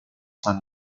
seine